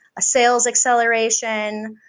sales acceleration,